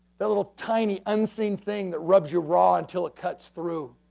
that little tiny unseen thing that rubs your raw until it cuts through.